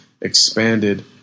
expanded